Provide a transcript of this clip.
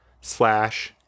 slash